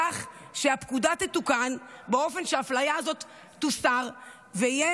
כך שהפקודה תתוקן באופן שהאפליה הזאת תוסר ויהיה